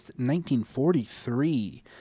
1943